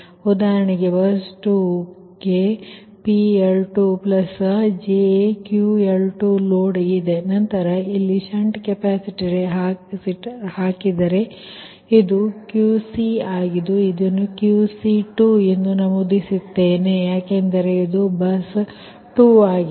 ಉದಾಹರಣೆಗೆ ಬಸ್ 2 ಕ್ಕೆ PL2jQL2 load ಇದೆ ನಂತರ ಇಲ್ಲಿ ಷಂಟ್ ಕೆಪಾಸಿಟರ್ ಹಾಕಿದರೆ ಇದು QC ಆಗಿದ್ದು ಇದನ್ನು QC2 ಎಂದು ನಮೂದಿಸುತ್ತೇನೆ ಯಾಕೆಂದರೆ ಇದು ಬಸ್ 2 ಆಗಿದೆ